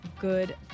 good